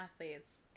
athletes